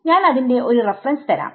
ഞാൻ അതിന്റെ ഒരു റഫറൻസ് തരാം